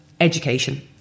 Education